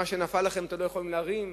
מה שנפל לכן אתן לא יכולות להרים,